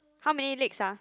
how many legs ah